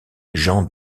jean